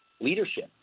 leadership